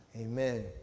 amen